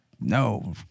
No